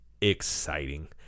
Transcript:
Exciting